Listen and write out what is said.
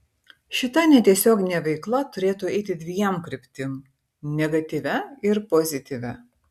šita netiesioginė veikla turėtų eiti dviem kryptim negatyvia ir pozityvia